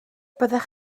byddech